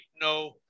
no